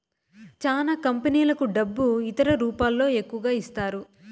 చానా కంపెనీలకు డబ్బు ఇతర రూపాల్లో ఎక్కువగా ఇస్తారు